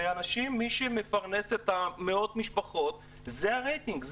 מה שמפרנס את מאות המשפחות זה הרייטינג,